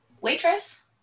Waitress